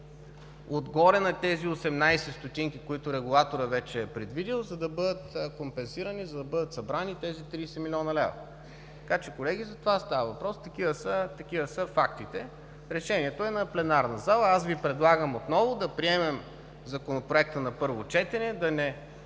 от горе на тези осемнадесет стотинки, които регулаторът вече е предвидил, за да бъдат компенсирани, за да бъдат събрани тези 30 млн. лв. Колеги, за това става въпрос. Такива са фактите. Решението е на пленарната зала. Предлагам Ви отново да приемем Законопроекта на първо четене, не